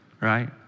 right